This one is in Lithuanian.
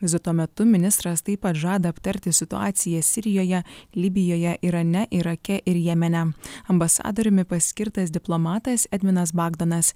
vizito metu ministras taip pat žada aptarti situaciją sirijoje libijoje irane irake ir jemene ambasadoriumi paskirtas diplomatas edvinas bagdonas